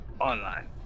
online